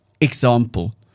example